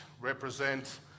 represent